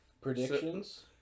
Predictions